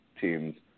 teams